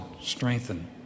strengthen